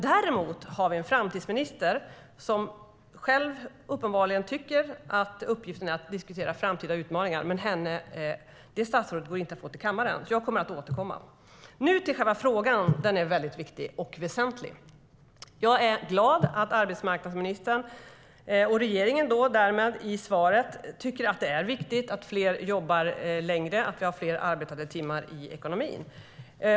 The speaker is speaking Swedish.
Däremot har vi en framtidsminister som själv uppenbarligen tycker att uppgiften är att diskutera framtida utmaningar, men det statsrådet har inte gått att få till kammaren, så jag kommer att återkomma. Nu till själva frågan som är väldigt viktig. Jag är glad att arbetsmarknadsministern och därmed regeringen enligt svaret tycker att det är viktigt att fler jobbar längre, att vi har fler arbetade timmar i ekonomin.